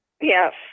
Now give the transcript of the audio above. Yes